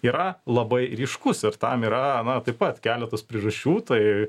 yra labai ryškus ir tam yra taip pat keletas priežasčių tai